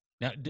now